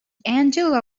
angela